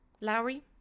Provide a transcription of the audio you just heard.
Lowry